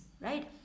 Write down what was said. right